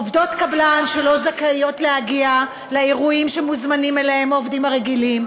עובדות קבלן שלא זכאיות להגיע לאירועים שמוזמנים אליהם העובדים הרגילים,